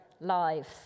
lives